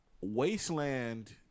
Wasteland